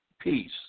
peace